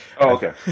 okay